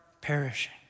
perishing